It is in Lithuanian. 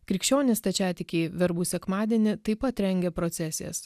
krikščionys stačiatikiai verbų sekmadienį taip pat rengia procesijas